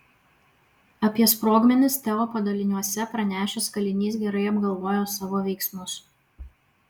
apie sprogmenis teo padaliniuose pranešęs kalinys gerai apgalvojo savo veiksmus